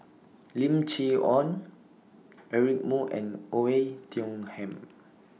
Lim Chee Onn Eric Moo and Oei Tiong Ham